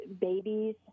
babies